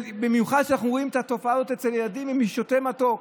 במיוחד כשאנחנו רואים את התופעות אצל ילדים אם שותים מתוק.